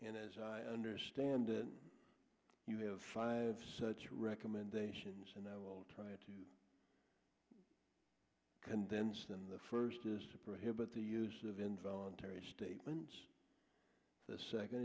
and as i understand it you have five such recommendations and i will try to condense then the first is to prohibit the use of involuntary statements the second